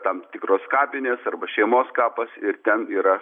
tam tikros kapinės arba šeimos kapas ir ten yra